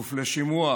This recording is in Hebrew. בכפוף לשימוע,